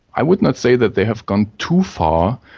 i would not say that they have gone too far,